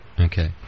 Okay